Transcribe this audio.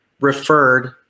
referred